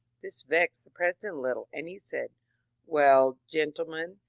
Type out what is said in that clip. this vexed the president a little, and he said well, gentlemen,